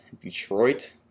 Detroit